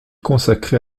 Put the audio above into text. consacrée